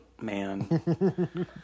man